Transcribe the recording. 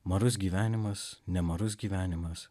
marus gyvenimas nemarus gyvenimas